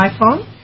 iPhone